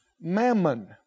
mammon